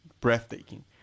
breathtaking